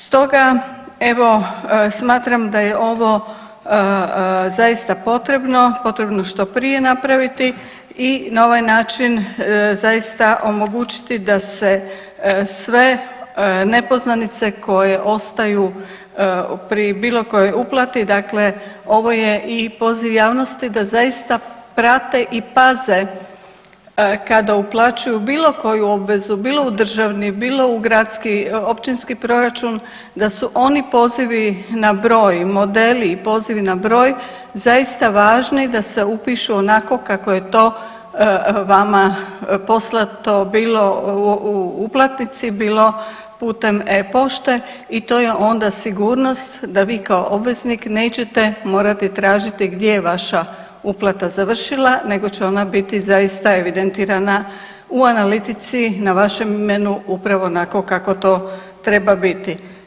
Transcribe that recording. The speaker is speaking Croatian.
Stoga evo smatram da je ovo zaista potrebno, potrebno što prije napraviti i na ovaj način zaista omogućiti da se sve nepoznanice koje ostaju pri bilo kojoj uplati, dakle ovo je i poziv javnosti da zaista prate i paze kada uplaćuju bilo koju obvezu, bilo u državni, bilo u gradski, općinski proračun da su oni pozivi na broj, modeli i pozivi na broj zaista važni da se upišu onako kako je to vama poslato bilo u uplatnici, bilo putem e-pošte i to je onda sigurnost da vi kao obveznik nećete morati tražiti gdje je vaša uplata završila nego će ona biti zaista evidentirana u analitici na vašem imenu upravo onako kako to treba biti.